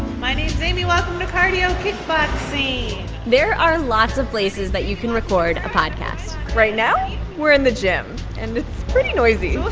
my name's amy. welcome to cardio kickboxing there are lots of places that you can record a podcast right now, we're in the gym. and it's pretty noisy